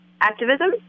activism